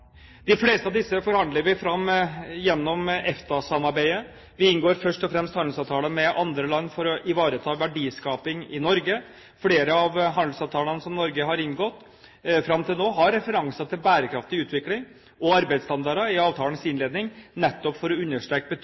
De fleste av disse forhandler vi fram gjennom EFTA-samarbeidet. Vi inngår først og fremst handelsavtaler med andre land for å ivareta verdiskaping i Norge. Flere av de handelsavtalene som Norge har inngått fram til nå, har referanser til bærekraftig utvikling og arbeidsstandarder i avtalens innledning, nettopp for å understreke